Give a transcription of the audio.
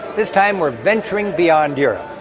this time we're venturing beyond europe.